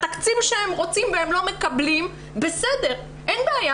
התקציב שהם רוצים ולא מקבלים, בסדר, אין בעיה.